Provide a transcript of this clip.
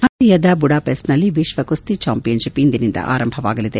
ಹಂಗೇರಿಯಾದ ಬುಡಾ ಫೆಸ್ಟ್ನಲ್ಲಿ ವಿಶ್ವ ಕುಸ್ತಿ ಚಾಂಪಿಯನ್ ಶಿಪ್ ಇಂದಿನಿಂದ ಆರಂಭವಾಗಲಿದೆ